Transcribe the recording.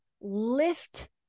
lift